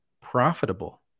profitable